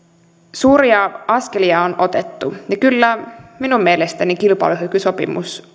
suuria askelia on otettu ja kyllä minun mielestäni kilpailukykysopimus